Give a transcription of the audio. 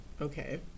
Okay